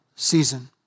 season